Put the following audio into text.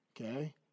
Okay